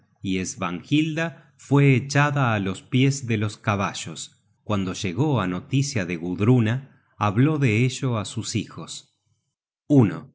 y svanhilda fue echada á los pies de los caballos guando llegó á noticia de gudruna habló de ello sus hijos